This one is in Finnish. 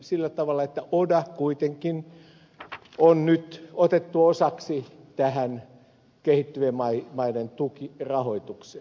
sillä tavalla että oda kuitenkin on nyt otettu osaksi tähän kehittyvien maiden tukirahoitukseen